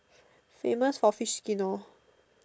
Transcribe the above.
famous for fish Kino